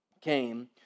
came